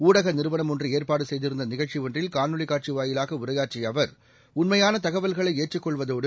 ஊடக நிறுவனம் ஒன்று ஏற்பாடு செய்திருந்த நிகழ்ச்சி ஒன்றில் காணொலிக் காட்சி வாயிலாக உரையாற்றிய அவர் உண்மையான தகவல்களை ஏற்றுக் கொள்வதோடு